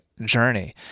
journey